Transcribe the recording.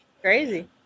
Crazy